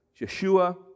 Yeshua